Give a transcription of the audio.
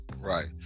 Right